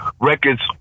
records